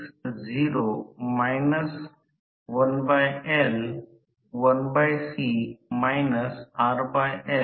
आणि हे वळण घटक Kw2 देखील रोटर च्या विंडिंग फॅक्टर ला असतो आणि ही प्राथमिक बाजू आहे या बाजूस दुय्यम बाजू आहे